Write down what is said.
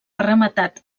rematat